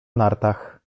nartach